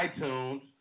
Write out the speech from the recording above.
iTunes